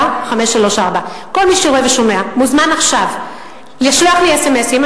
050-4534534. כל מי שרואה ושומע מוזמן עכשיו לשלוח לי אס.אם.אסים.